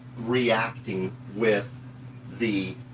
reacting with the